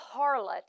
harlot